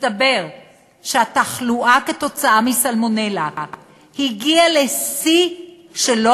מסתבר שהתחלואה בשל סלמונלה הגיעה לשיא שלא